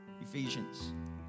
Ephesians